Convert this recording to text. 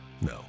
No